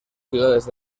ciudades